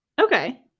Okay